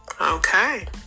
okay